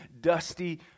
dusty